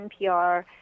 NPR